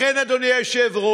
לכן, אדוני היושב-ראש,